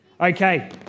Okay